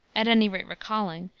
at any rate recalling,